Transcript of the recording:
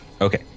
Okay